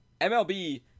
mlb